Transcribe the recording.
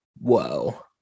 Whoa